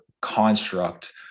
construct